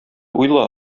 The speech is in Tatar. уйла